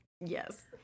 Yes